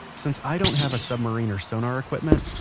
since i don't have a submarine or sonar equipment,